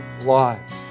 lives